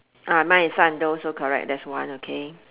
ah my is sun that also correct that's one okay